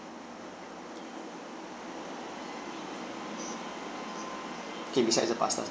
okay besides the pastas